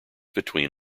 between